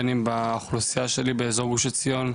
בין אם באוכלוסייה שלי באזור גוש עציון,